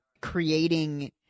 creating